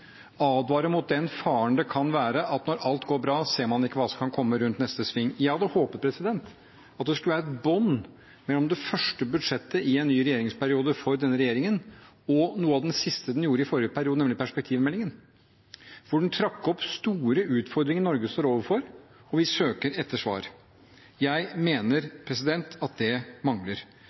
advare mot den faren det kan være at når alt går bra, ser man ikke hva som kan komme rundt neste sving. Jeg hadde håpet at det skulle være et bånd mellom det første budsjettet i en ny regjeringsperiode for denne regjeringen og noe av det siste den gjorde i forrige periode, nemlig det som gjelder perspektivmeldingen, når den trakk opp store utfordringer Norge står overfor og vi søker etter svar. Jeg mener at det mangler